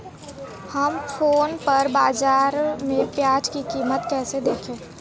हम mobile phone पर बाज़ार में प्याज़ की कीमत कैसे देखें?